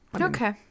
Okay